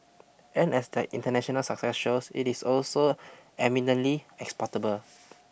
and as their international success shows it is also eminently exportable